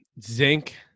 zinc